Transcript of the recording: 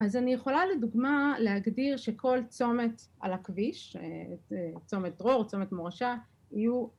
‫אז אני יכולה לדוגמא להגדיר ‫שכל צומת על הכביש, ‫צומת דרור, צומת מורשה, ‫יהיו...